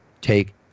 take